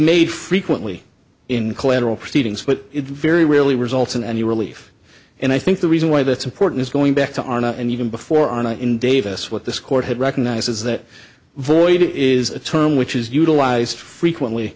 made frequently in collateral proceedings but it very rarely results in any relief and i think the reason why that's important is going back to our not and even before ana in davis what this court had recognize is that void is a term which is utilized frequently